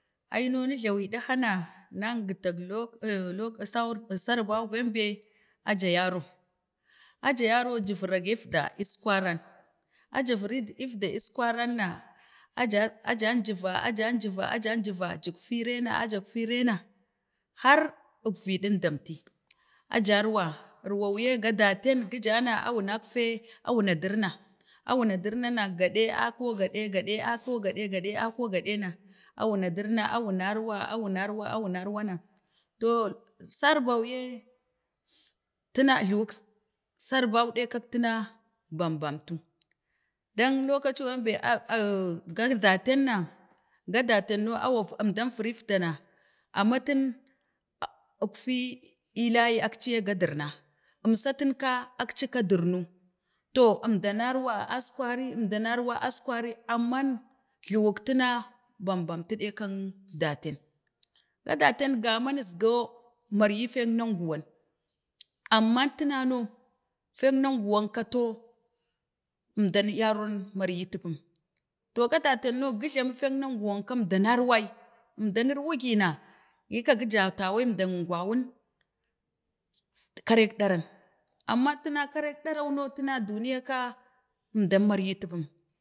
To aino mu jlawi ədhama nangətak lək lok, sau banbe aja yarba, aja yar ja yaragafda, əskwaran aja virifda əskwaran na, a jan ji va, an jan ji va, gikfi rena a jikfi rena har əfviɗin dandamti, a jarwa, wurwo ye ga daten, gu ga na wunakfe, a wuna durna, a wuna durna na gadi akwo gadi akwan gaɗi akwo gaɗi na awan dirna a wunarwa a wunar wa awunarwa na to sarbauye tuna jluwak sarbau ɗe kak tuka bambantu, dan locu ka banbe ah kak daten na ga detain awu, ɗandan virif da na amatin a'a əkfi layi na akci ya ga dirna, əmsatin ka akcatu dirnu, to əmda narwa askwari əmdanarwa, askwari, əmdanarwa əskwari amman jluwatuna bambantu ɗe kak detan ga daten gaman əagou mariyu fek nanguwan amman tunano fek nanguwan kato, əmdan yar mariyatupum, to ga daten no guglamu fek nanguwanki əmdan ngwai, əmdan nurwugina kika kəjata wai əmdan muk gwawun karek ɗaran, amma tuna karik ɓaran na duniya ka əmdan mariyatupum,